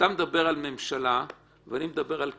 אתה מדבר על ממשלה ואני מדבר על כנסת.